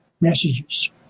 messages